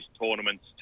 tournaments